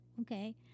okay